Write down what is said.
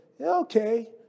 okay